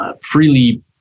freely